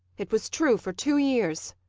it was true for two years.